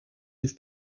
his